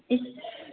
इस